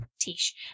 Tish